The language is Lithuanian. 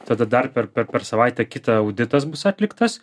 tada dar per per savaitę kitą auditas bus atliktas